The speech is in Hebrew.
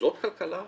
זאת כלכלה פורחת?